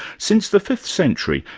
since the fifth century,